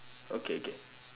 okay K